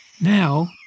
Now